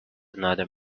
another